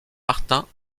martin